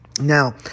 Now